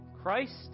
Christ